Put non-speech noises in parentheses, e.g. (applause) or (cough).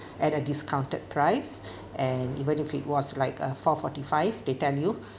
at a discounted price (breath) and even if it was like a four forty five they tell you